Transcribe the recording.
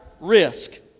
risk